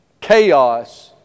Chaos